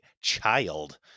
child